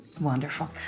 Wonderful